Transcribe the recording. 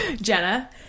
Jenna